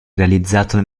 realizzato